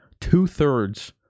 Two-thirds